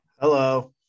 Hello